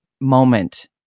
moment